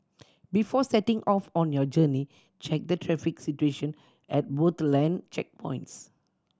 before setting off on your journey check the traffic situation at both land checkpoints